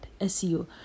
SEO